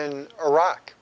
in iraq